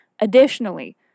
Additionally